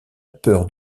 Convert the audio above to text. peur